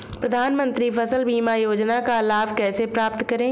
प्रधानमंत्री फसल बीमा योजना का लाभ कैसे प्राप्त करें?